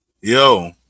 Yo